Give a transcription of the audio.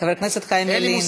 טול קורה מבין עיניך.